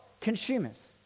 Consumers